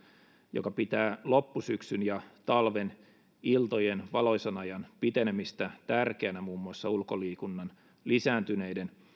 joka pitää loppusyksyn ja talven iltojen valoisan ajan pitenemistä tärkeänä muun muassa ulkoliikunnan lisääntyneiden